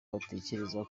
batekereza